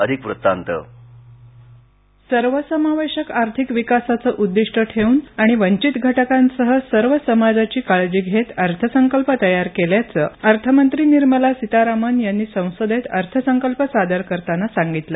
अधिक वृत्तांत आमच्या प्रतिनिधीकडून स्क्रिप्ट सर्वसमावेशक आर्थिक विकासाचं उद्दीष्ट ठेऊन वंचित घटकांसह सर्व समाजाची काळजी घेत अर्थसंकल्प तयार केल्याचं अर्थमंत्री निर्मला सीतारामन यांनी संसदेत अर्थसंकल्प सादर करताना सांगितलं